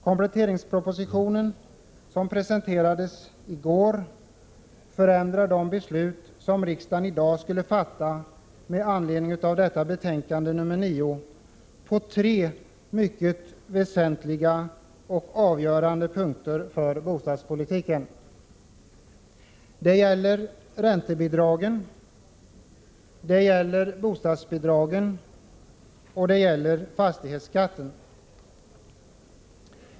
Kompletteringspropositionen, som presenterades i går, förändrar de beslut som riksdagen i dag skulle fatta med anledning av detta betänkande på tre mycket väsentliga och avgörande punkter för bostadspolitiken. Det gäller räntebidragen, bostadsbidragen och fastighetsskatten.